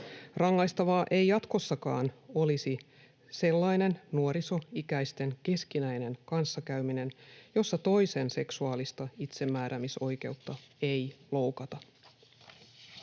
Rangaistavaa ei jatkossakaan olisi sellainen nuorisoikäisten keskinäinen kanssakäyminen, jossa toisen seksuaalista itsemääräämisoikeutta ei loukata.